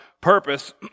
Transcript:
purpose